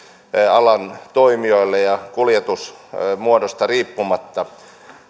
alan toimijoille kuljetusmuodosta riippumatta